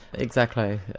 exactly.